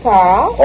Carl